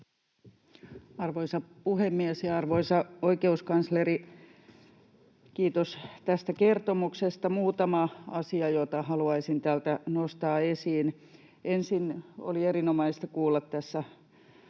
Arvoisa puhemies ja arvoisa oikeuskansleri! Kiitos tästä kertomuksesta. Muutama asia, joita haluaisin täältä nostaa esiin: Ensinnä oli erinomaista kuulla tässä edustaja